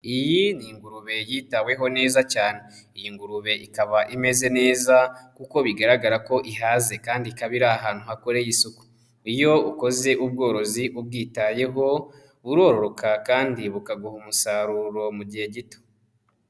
Iyi ni ingurube yitaweho neza cyane, iyi ngurube ikaba imeze neza kuko bigaragara ko ihaze kandi ikaba ari ahantu hakoreye isuku, iyo ukoze ubworozi ubwitayeho burororoka kandi bukaguha umusaruro mu gihe gito.